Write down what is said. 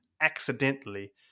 accidentally